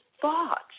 thoughts